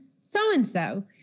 so-and-so